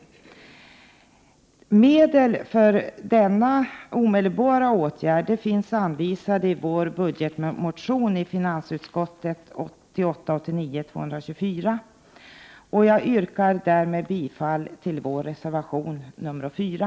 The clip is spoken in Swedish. Medel för denna omedelbara åtgärd finns anvisade i vår budgetmotion till finansutskottet, Fi224. Jag yrkar därmed bifall till reservation 4.